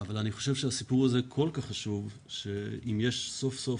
אבל אני חושב שהסיפור הזה כל כך חשוב שאם יש סוף סוף